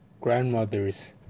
grandmother's